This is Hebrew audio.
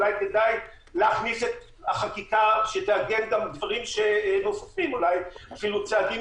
אולי כדאי להכניס את החקיקה כדי שתעגן גם דברים נוספים אולי אפילו צעדים